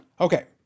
Okay